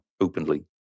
openly